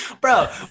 bro